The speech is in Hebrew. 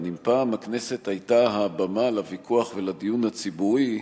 אם פעם הכנסת היתה הבמה לוויכוח ולדיון הציבורי,